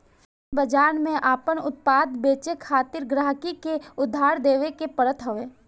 लक्षित बाजार में आपन उत्पाद बेचे खातिर गहकी के आधार देखावे के पड़त हवे